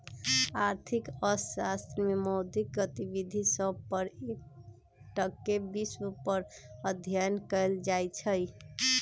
आर्थिक अर्थशास्त्र में मौद्रिक गतिविधि सभ पर एकटक्केँ विषय पर अध्ययन कएल जाइ छइ